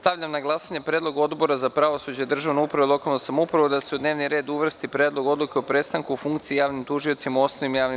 Stavljam na glasanje predlog Odbora za pravosuđe, državnu upravu i lokalnu samoupravu da se u dnevni red uvrsti Predlog odluke o prestanku funkcije javnim tužiocima u osnovnim javnim